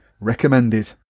Recommended